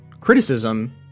criticism